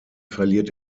verliert